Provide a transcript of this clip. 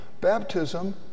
Baptism